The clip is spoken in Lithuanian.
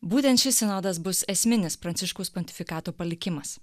būtent šis sinodas bus esminis pranciškaus pontifikato palikimas